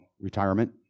retirement